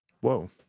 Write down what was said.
Whoa